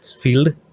field